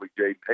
Jaden